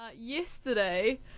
yesterday